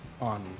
On